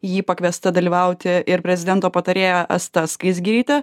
jį pakviesta dalyvauti ir prezidento patarėja asta skaisgirytė